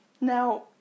Now